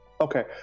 Okay